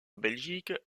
belgique